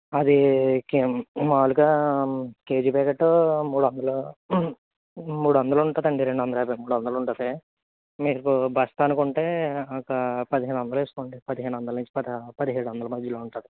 అది మాములుగా KG packet మూడు వందలు మూడు వందలు ఉంటదండి రెండు వందల యాభై మూడు వందలు ఉంటుంది మీకు బస్తా అనుకుంటే ఒక పదిహేను వందలు వేసుకోండి పదిహేను వందల నుంచి పదిహేడు వందలు మధ్యలో ఉంటుంది